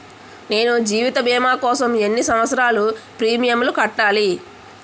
నేను జీవిత భీమా కోసం ఎన్ని సంవత్సారాలు ప్రీమియంలు కట్టాలి?